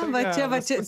va čia va čia